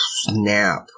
snap